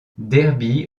derby